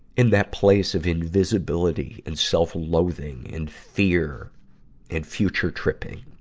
in that place of invisibility and self-loathing and fear and future tripping.